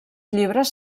llibres